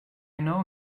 know